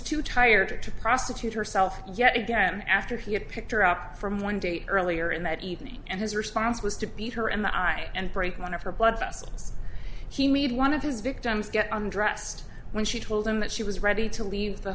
too tired to prostitute herself yet again after he had picked her up from one date earlier in the evening and his response was to beat her in the eye and break one of her blood vessels he made one of his victims get undressed when she told him that she was ready to leave the